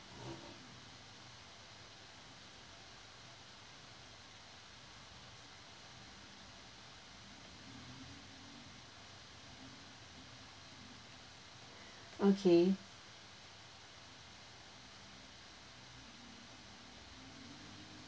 okay